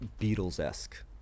Beatles-esque